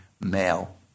male